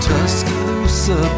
Tuscaloosa